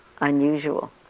unusual